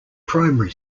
primary